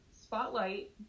spotlight